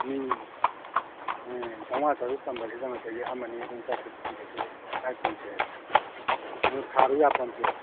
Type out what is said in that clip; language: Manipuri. ꯃꯤ ꯑꯦ ꯆꯥꯝꯃꯉꯥ ꯆꯥꯇ꯭ꯔꯨꯛ ꯇꯝꯕꯁꯤꯗ ꯉꯁꯥꯏꯒꯤ ꯑꯃ ꯑꯅꯤ ꯑꯗꯨꯝ ꯆꯠꯈꯤꯕꯗꯨꯗꯤ ꯀꯩꯁꯨ ꯀꯥꯏꯄꯣꯟꯇꯦ ꯍꯥꯏꯕ ꯑꯗꯨ ꯊꯥꯔꯨ ꯌꯥꯄꯣꯟꯇꯦꯕ